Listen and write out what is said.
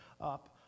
up